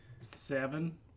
Seven